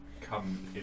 come